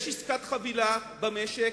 יש עסקת חבילה במשק,